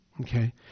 Okay